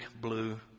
blue